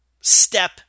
step